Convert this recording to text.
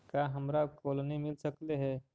का हमरा कोलनी मिल सकले हे?